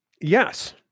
Yes